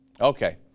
Okay